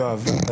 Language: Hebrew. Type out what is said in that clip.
יואב,